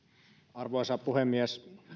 arvoisa puhemies